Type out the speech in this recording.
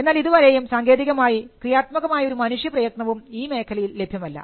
എന്നാൽ ഇതുവരെ സാങ്കേതികമായി ക്രിയാത്മകമായ ഒരു മനുഷ്യ പ്രയത്നവും ഈ മേഖലയിൽ ലഭ്യമല്ല